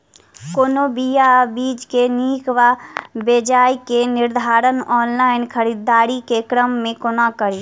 कोनों बीया वा बीज केँ नीक वा बेजाय केँ निर्धारण ऑनलाइन खरीददारी केँ क्रम मे कोना कड़ी?